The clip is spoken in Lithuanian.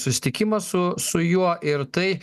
susitikimą su su juo ir tai